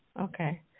Okay